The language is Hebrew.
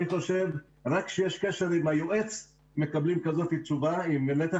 אני חושב שכאשר יש קשר של היועץ מקבלים תשובה כזאת.